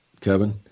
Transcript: Kevin